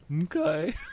Okay